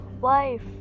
wife